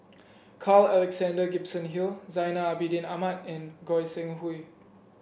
Carl Alexander Gibson Hill Zainal Abidin Ahmad and Goi Seng Hui